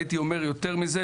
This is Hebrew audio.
הייתי אומר יותר מזה,